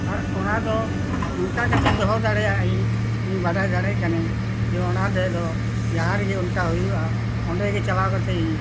ᱟᱨ ᱚᱱᱟ ᱫᱚ ᱱᱚᱝᱠᱟ ᱠᱟᱛᱮᱧ ᱫᱚᱦᱚ ᱫᱟᱲᱮᱭᱟᱜ ᱟᱹᱧ ᱤᱧ ᱵᱟᱰᱟᱭ ᱫᱟᱲᱮᱭᱟᱜ ᱠᱟᱱᱟᱹᱧ ᱡᱮ ᱚᱱᱟ ᱨᱮᱫᱚ ᱡᱟᱦᱟᱸ ᱨᱮᱜᱮ ᱚᱱᱠᱟ ᱦᱩᱭᱩᱜᱼᱟ ᱚᱸᱰᱮ ᱜᱮ ᱪᱟᱞᱟᱣ ᱠᱟᱛᱮ ᱤᱧ